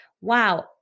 wow